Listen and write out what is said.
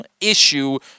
issue